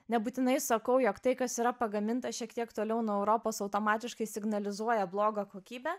nebūtinai sakau jog tai kas yra pagaminta šiek tiek toliau nuo europos automatiškai signalizuoja blogą kokybę